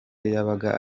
yabaga